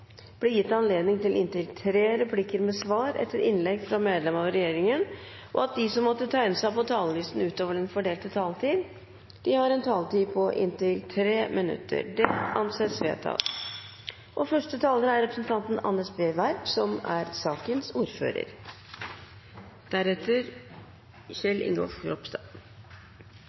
blir gitt anledning til inntil tre replikker med svar etter partienes hovedtalere og inntil seks replikker med svar etter innlegg fra medlemmer av regjeringen, og at de som måtte tegne seg på talerlisten utover den fordelte taletid, får en taletid på inntil 3 minutter. – Det anses vedtatt. Det er jo god kutyme at saksordføreren benytter anledningen til å takke for et godt, konstruktivt og